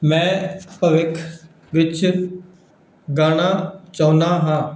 ਮੈਂ ਭਵਿੱਖ ਵਿੱਚ ਗਾਣਾ ਚਾਹੁੰਦਾ ਹਾਂ